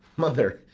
mother,